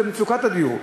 ולא מדברים על ציבור אחד.